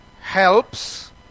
helps